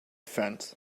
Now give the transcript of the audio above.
fence